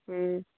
ꯎꯝ